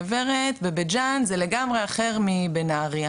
גברת בבית ג'אן זה לגמרי אחר מנהריה,